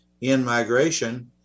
in-migration